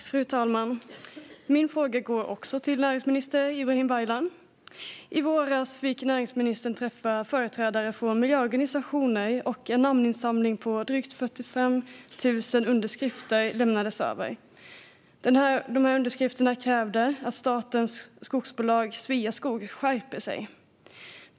Fru talman! Min fråga går också till näringsminister Ibrahim Baylan. I våras fick näringsministern träffa företrädare för miljöorganisationer, och en namninsamling med drygt 45 000 underskrifter lämnades över. De som skrivit under krävde att statens skogsbolag Sveaskog skärper sig.